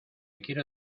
quiero